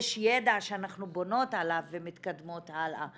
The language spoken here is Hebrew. יש ידע שאנחנו בונות עליו ומתקדמות הלאה.